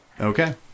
Okay